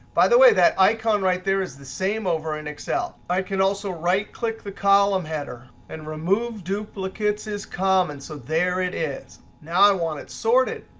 by the way, that icon right there is the same over in excel. i can also right click the column header. and remove duplicates is common, so there it is. now i want it sorted.